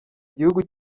igihugu